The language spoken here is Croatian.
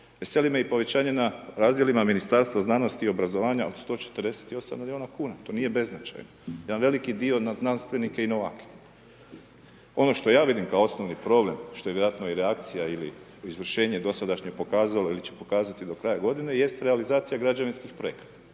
Veseli me i povećanje na razdjelima Ministarstva znanosti i obrazovanja od 148 miliona kuna, to nije beznačajno, jedan veliki dio na znanstvenike i novake. Ono što ja vidim kao osnovni problem što je vjerojatno i reakcija ili izvršenje dosadašnje pokazalo ili će pokazati do kraja godine jest realizacija građevinskih projekata.